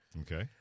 Okay